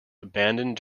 abandoned